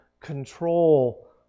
control